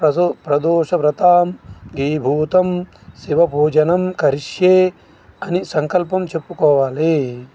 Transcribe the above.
ప్రదో ప్రదోష వ్రతాం హే భూతం శివ భోజనం కరిష్యే అని సంకల్పం చెప్పుకోవాలి